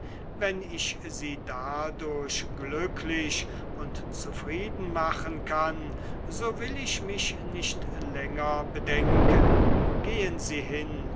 wenn ich sie dadurch glücklich und zufrieden machen kann so will ich mich nicht länger bedenken gehn sie hin